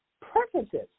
preferences